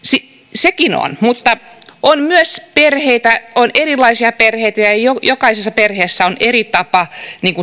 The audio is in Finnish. sekin on mutta on myös erilaisia perheitä ja jokaisessa perheessä on eri tapa